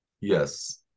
Yes